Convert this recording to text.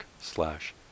slash